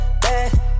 bad